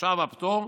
המוכש"ר והפטור,